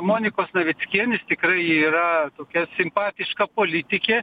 monikos navickienės tikrai yra tokia simpatiška politikė